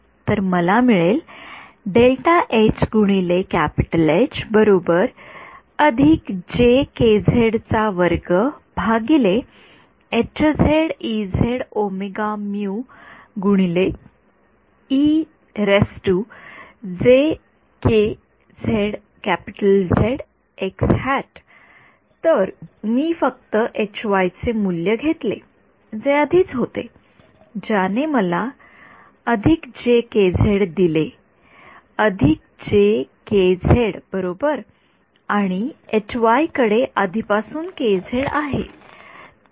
तर मला मिळेल तर मी फक्त चे मूल्य घातले जे आधीच होते ज्याने मला दिले अधिक जे के झेड बरोबर आणि कडे आधीपासून आहे